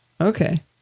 okay